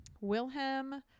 Wilhelm